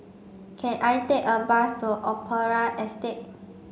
can I take a bus to Opera Estate